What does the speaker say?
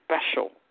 special